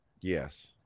yes